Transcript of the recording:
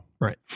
right